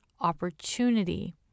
opportunity